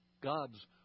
God's